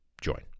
join